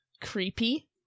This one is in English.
creepy